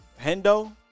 Hendo